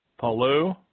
Palu